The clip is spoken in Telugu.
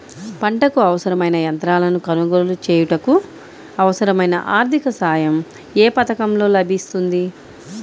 పంటకు అవసరమైన యంత్రాలను కొనగోలు చేయుటకు, అవసరమైన ఆర్థిక సాయం యే పథకంలో లభిస్తుంది?